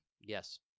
Yes